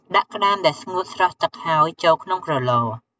ដាក់ក្ដាមដែលស្ងួតស្រស់ទឹកហើយ ចូលក្នុងក្រឡ។